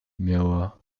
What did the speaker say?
miała